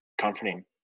comforting